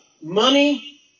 money